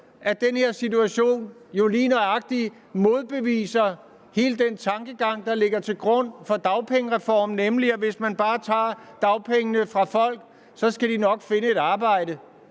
jo lige nøjagtig modbeviser hele den tankegang, der ligger til grund for dagpengereformen, nemlig at hvis man bare tager dagpengene fra folk, skal de nok finde et arbejde.